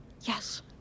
Yes